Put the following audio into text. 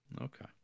Okay